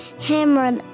hammer